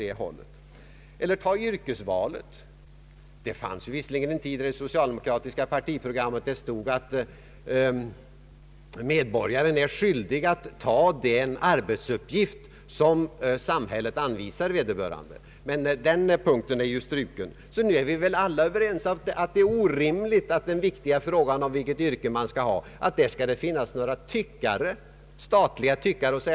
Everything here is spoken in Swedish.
Ett annat exempel är yrkesvalet. Det fanns visserligen en tid då det i det socialdemokratiska partiprogrammet stod att medborgaren är skyldig att ta den arbetsuppgift som samhället anvisar vederbörande. Men den punkten är struken. Nu är vi alla överens om att det är orimligt att det skall finnas statliga tyckare som bestämmer yrkesvalet för människor, vilket är en så viktig fråga.